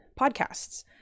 podcasts